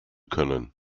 können